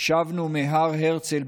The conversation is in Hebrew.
שבנו מהר הרצל,